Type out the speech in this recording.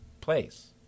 place